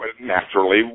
naturally